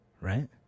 right